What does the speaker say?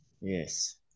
Yes